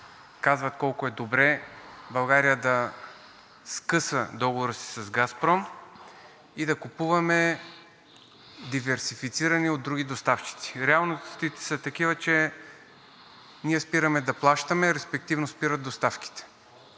казват колко е добре България да скъса договора си с „Газпром“ и да купуваме диверсифицирано от други доставчици. Реалностите са такива, че ние спираме да плащаме, респективно спират доставките.